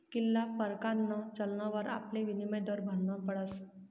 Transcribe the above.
कित्ला परकारना चलनवर आपले विनिमय दर भरना पडस